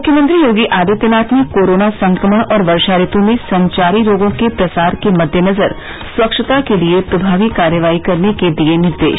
मुख्यमंत्री योगी आदित्यनाथ ने कोरोना संक्रमण और वर्षा ऋतु में संचारी रोगों के प्रसार के मद्देनजर स्वच्छता के लिये प्रभावी कार्रवाई करने के दिये निर्देश